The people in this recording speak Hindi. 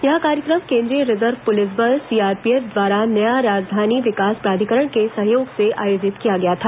यह कार्यक्रम केन्द्रीय रिजर्व पुलिस बल सीआरपीएफ द्वारा नया राजधानी विकास प्राधिकरण के सहयोग से आयोजित किया गया था